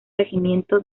regimiento